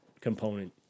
component